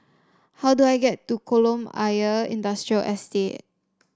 how do I get to Kolam Ayer Industrial Estate